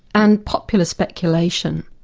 and popular speculation.